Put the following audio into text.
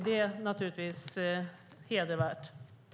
Det är hedervärt.